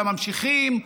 לממשיכים,